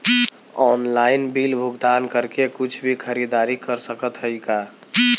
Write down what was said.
Online bill भुगतान करके कुछ भी खरीदारी कर सकत हई का?